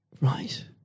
Right